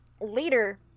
Later